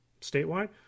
Statewide